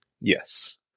yes